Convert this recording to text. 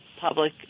public